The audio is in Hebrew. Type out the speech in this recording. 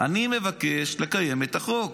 אני מבקש לקיים את החוק.